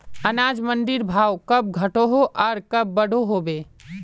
अनाज मंडीर भाव कब घटोहो आर कब बढ़ो होबे?